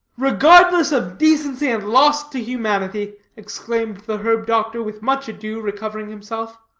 regardless of decency, and lost to humanity! exclaimed the herb-doctor, with much ado recovering himself.